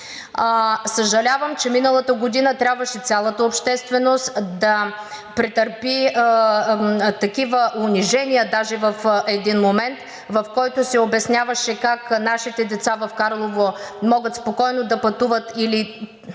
Съжалявам, че миналата година трябваше цялата общественост да претърпи такива унижения, даже в един момент, в който се обясняваше на нашите деца в Карлово, че могат спокойно да пътуват или